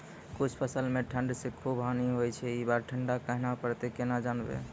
कुछ फसल मे ठंड से खूब हानि होय छैय ई बार ठंडा कहना परतै केना जानये?